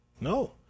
No